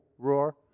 roar